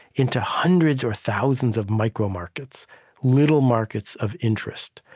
into hundreds or thousands of micro-markets little markets of interest.